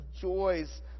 joys